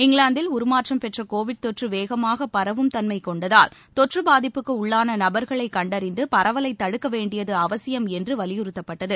இங்கிலாந்தில் உருமாற்றம் பெற்ற கோவிட் தொற்று வேகமாக பரவும் தன்மை கொண்டதால் தொற்று பாதிப்புக்கு உள்ளான நபர்களை கண்டறிந்து பரவலை தடுக்க வேண்டியது அவசியம் என்று வலியுறுத்தப்பட்டது